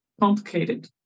complicated